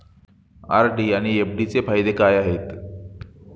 RD आणि एफ.डीचे काय फायदे आहेत?